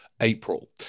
April